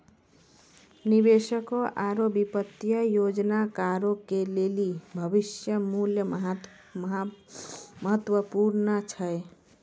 निवेशकों आरु वित्तीय योजनाकारो के लेली भविष्य मुल्य महत्वपूर्ण छै